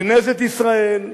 כנסת ישראל,